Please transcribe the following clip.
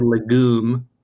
legume